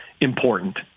important